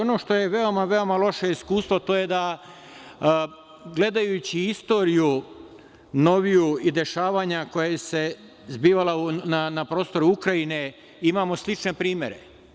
Ono što je veoma, veoma loše iskustvo, to je da, gledajući istoriju noviju i dešavanja koja su se zbivala na prostoru Ukrajine, imamo slične primere.